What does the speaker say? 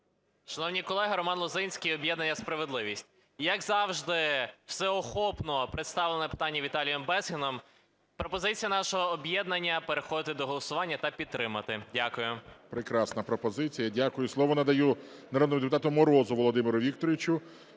Шановні колеги, Роман Лозинський, об'єднання "Справедливість". Як завжди всеохопно представлено питання Віталієм Безгіном. Пропозиція нашого об'єднання – переходити до голосування та підтримати. Дякую. ГОЛОВУЮЧИЙ. Прекрасна пропозиція. Дякую. Слово надаю народному депутату Морозу Володимиру Вікторовичу,